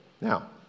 Now